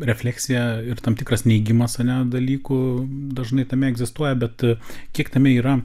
refleksija ir tam tikras neigimas ar ne dalykų dažnai tame egzistuoja bet kiek tame yra